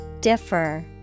Differ